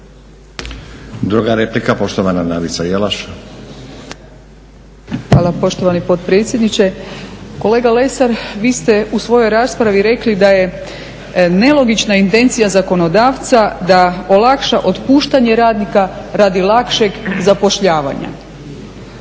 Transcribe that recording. Druga replika, poštovana Nadica Jelaš. **Jelaš, Nadica (SDP)** Hvala poštovani potpredsjedniče. Kolega Lesar, vi ste u svojoj raspravi rekli da je nelogična intencija zakonodavca da olakša otpuštanje radnika radi lakšeg zapošljavanja.